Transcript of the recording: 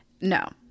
no